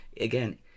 Again